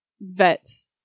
Vet's